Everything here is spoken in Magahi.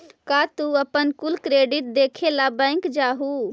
का तू अपन कुल क्रेडिट देखे ला बैंक जा हूँ?